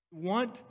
want